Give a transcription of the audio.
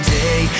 day